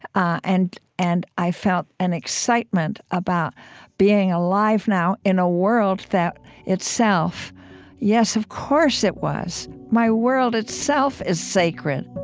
ah and and i felt an excitement about being alive now in a world that itself yes, of course, it was my world itself is sacred